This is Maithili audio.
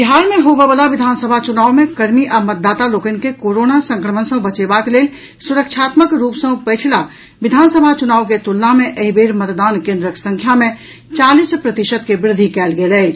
बिहार मे होबयवला विधानसभा चुनाव मे कर्मी आ मतदाता लोकनि के कोरोना संक्रमण सँ बचेवाक लेल सुरक्षात्मक रूप सँ पछिला विधानसभा चुनाव के तुलना मे एहि बेर मतदान केंद्रक संख्या मे चालीस प्रतिशत के वृद्धि कयल गेल अछि